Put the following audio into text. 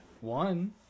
one